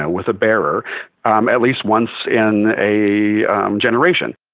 ah with a bearer um at least once in a generation.